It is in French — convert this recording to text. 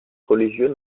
religieux